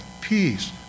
peace